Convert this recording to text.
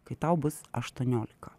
kai tau bus aštuoniolika